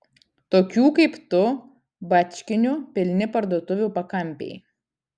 tokių kaip tu bačkinių pilni parduotuvių pakampiai